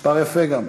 מספר יפה גם.